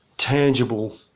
tangible